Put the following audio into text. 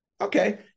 Okay